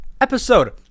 episode